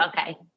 okay